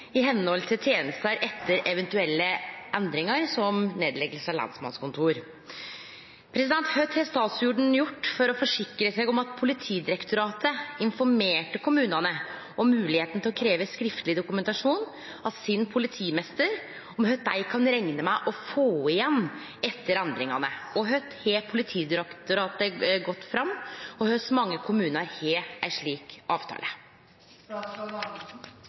i tjenesten etter eventuelle endringer, som nedleggelse av lensmannskontor. Hva har statsråden gjort for å forsikre seg om at Politidirektoratet informerte kommunene om muligheten til å kreve et skriftlig dokument av sin politimester om hva de kan regne med å «få igjen» etter endringer, hvordan har Politidirektoratet gått frem, og hvor mange kommuner har en slik